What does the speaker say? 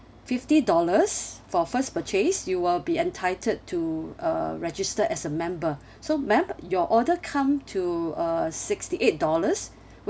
fifty dollars for first purchase you will be entitled to uh register as a member so ma'am your order come to uh sixty eight dollars